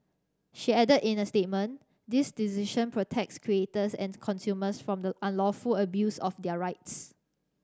she added in a statement this decision protects creators and consumers from the unlawful abuse of their rights